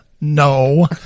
no